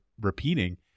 repeating